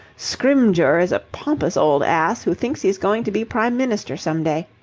scrymgeour is a pompous old ass who thinks he's going to be prime minister some day.